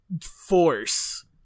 force